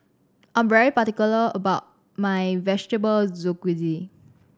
I'm particular about my Vegetable Jalfrezi